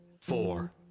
four